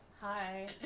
Hi